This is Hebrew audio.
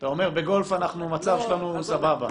אתה אומר: בגולף המצב שלנו סבבה.